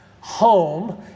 home